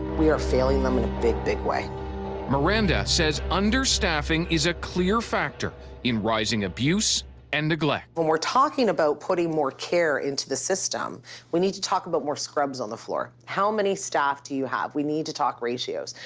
we are failing them in a big, big way. david miranda says understaffing is a clear factor in rising abuse and neglect. when we're talking about putting more care into the system we need to talk about more scrubs on the floor. how many staff do you have? we need to talk ratios.